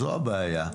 זו הבעיה.